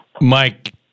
Mike